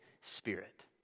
Spirit